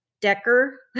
Decker